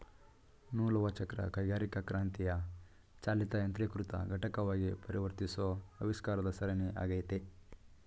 ನೂಲುವಚಕ್ರ ಕೈಗಾರಿಕಾಕ್ರಾಂತಿಯ ಚಾಲಿತ ಯಾಂತ್ರೀಕೃತ ಘಟಕವಾಗಿ ಪರಿವರ್ತಿಸೋ ಆವಿಷ್ಕಾರದ ಸರಣಿ ಆಗೈತೆ